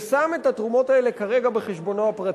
ושם את התרומות האלה כרגע בחשבונו הפרטי.